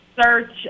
search